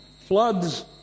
floods